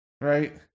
right